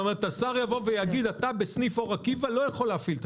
כלומר השר יכול להגיד: בסניף אור עקיבא אתה לא יכול להפעיל את השירות.